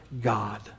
God